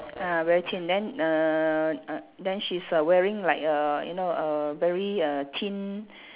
ah very thin then err uh then she's err wearing like err you know err uh very thin